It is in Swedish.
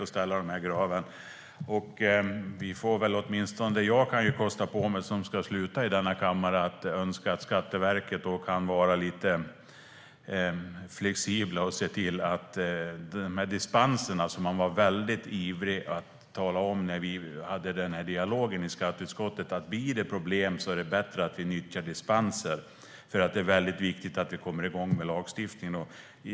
Jag som ska sluta i denna kammare kan kosta på mig att önska att Skatteverket kan vara lite flexibelt med dispenserna. När vi i skatteutskottet förde en dialog med Skatteverket var man väldigt ivrig att säga att det är bättre att nyttja dispenser om det blir problem, eftersom det var väldigt viktigt att komma igång med lagstiftningen.